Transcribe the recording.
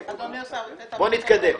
נתקדם.